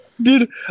dude